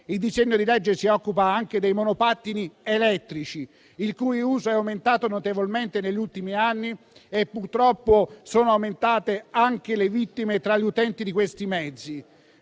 Il disegno di legge si occupa anche dei monopattini elettrici, il cui uso è aumentato notevolmente negli ultimi anni e purtroppo sono aumentate anche le vittime tra gli utenti di questi mezzi.